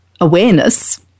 awareness